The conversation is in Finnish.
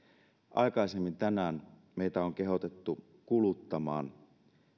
aikaisemmin tänään meitä on kehotettu kuluttamaan